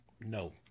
No